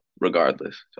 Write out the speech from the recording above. regardless